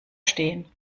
stehen